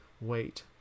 Wait